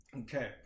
Okay